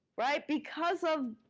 right? because of.